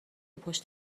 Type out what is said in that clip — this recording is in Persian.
پشت